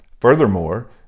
Furthermore